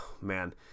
man